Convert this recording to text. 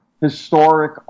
historic